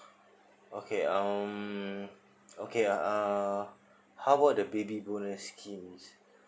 okay um okay um how about the baby bonus scheme